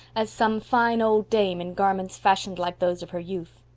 as some fine old dame in garments fashioned like those of her youth.